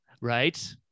right